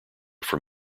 from